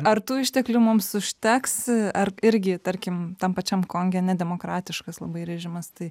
ar tų išteklių mums užteks ar irgi tarkim tam pačiam konge nedemokratiškas labai režimas tai